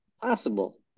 possible